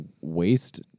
waste